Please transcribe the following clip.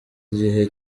gihe